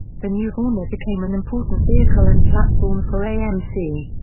the new hornet became an important vehicle and platform for amc.